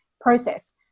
process